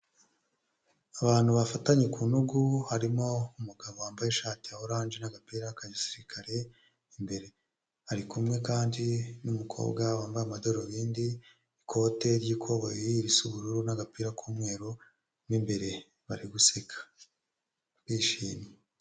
Abantu bafatanye ku ntugu harimo umugabo wambaye ishati ya orange n'agapira ka gisirikare imbere, ari kumwe kandi n'umukobwa wambaye amadarubindi, ikote ry'ikoboyi risa ubururu n'agapira k'umweru mu imbere bari guseka, bishimye.